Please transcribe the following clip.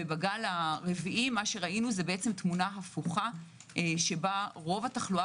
ובגל הרביעי ראינו תמונה הפוכה שבה רוב התחלואה